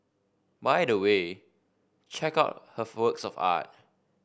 by the way check out her works of art